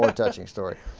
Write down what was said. like touching story